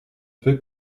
peut